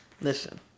listen